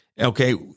Okay